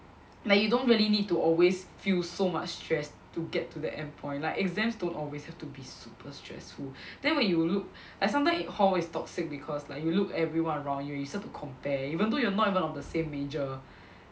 like you don't really need to always feel so much stress to get to that end point like exams don't always have to be super stressful then when you look like sometimes hall is toxic because like you look everyone around you you start to compare even though you're not even of the same major